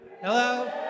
Hello